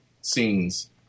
scenes